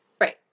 Right